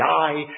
die